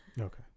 Okay